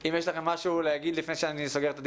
אם יש לכם משהו להגיד לפני שאני סוגר את הדיון,